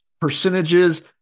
percentages